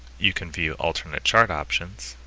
you can view alternate chart options